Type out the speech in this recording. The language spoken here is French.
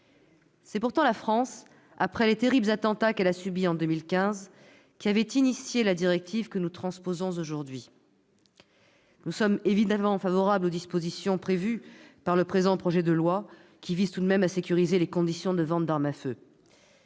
C'est pourtant la France, après les terribles attentats qu'elle a subis en 2015, qui avait été à l'origine de la directive que nous transposons aujourd'hui. Nous sommes naturellement favorables aux dispositions prévues par le présent projet de loi, qui visent néanmoins à sécuriser les conditions de ventes d'armes à feu.